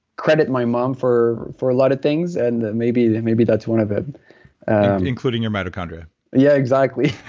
credit my mom for for a lot of things, and maybe maybe that's one of them including your mitochondria yeah, exactly